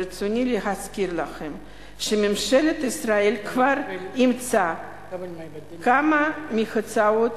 ברצוני להזכיר לכם שממשלת ישראל כבר אימצה כמה מהצעות